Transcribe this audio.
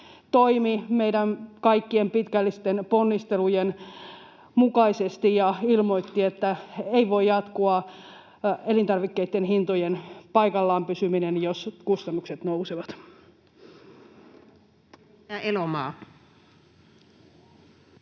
toimi meidän kaikkien pitkällisten ponnistelujen mukaisesti ja ilmoitti, että ei voi jatkua elintarvikkeitten hintojen paikallaan pysyminen, jos kustannukset nousevat. [Speech